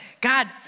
God